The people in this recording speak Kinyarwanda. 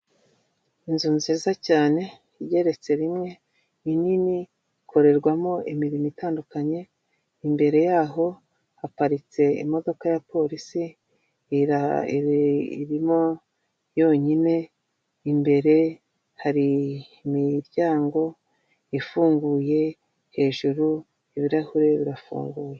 Inzu nziza cyane igereretse rimwe ni nini ikorerwamo imirimo itandukanye. Imbere yaho haparitse imodoka ya polisi irimo yonyine, imbere hari imiryango ifunguye, hejuru ibirahure birafunguye.